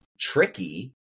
tricky